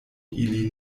ili